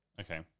Okay